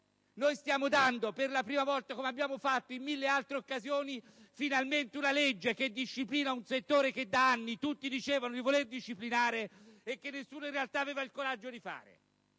stiamo dando per la prima volta, come abbiamo fatto in mille altre occasioni, una legge che disciplina un settore che da anni tutti dicevano di voler disciplinare e che nessuno in realtà aveva il coraggio di fare